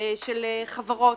של חברות,